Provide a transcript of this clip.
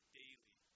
daily